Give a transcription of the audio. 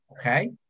okay